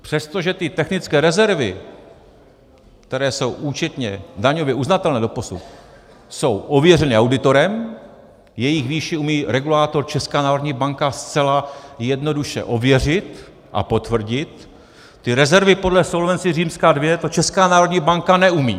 Přestože ty technické rezervy, které jsou účetně, daňově uznatelné doposud, jsou ověřeny auditorem, jejich výši umí regulátor Česká národní banka zcela jednoduše ověřit a potvrdit, ty rezervy podle Solvency II ta Česká národní banka neumí.